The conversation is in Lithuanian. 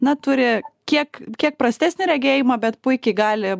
na turi kiek kiek prastesnį regėjimą bet puikiai gali